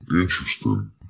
Interesting